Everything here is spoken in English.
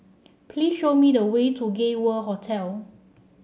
please show me the way to Gay World Hotel